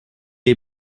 est